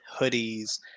hoodies